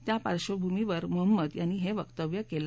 त्या पार्श्वभूमीवर मोहम्मद यांनी हे वकतव्य केलं